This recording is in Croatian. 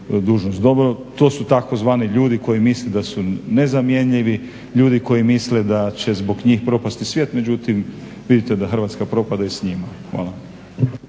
dobro. To su tzv. ljudi koji misle da su nezamjenjivi, ljudi koji misle da će zbog njih propasti svijet, međutim vidite da Hrvatska propada i s njima.